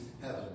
heaven